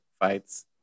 fights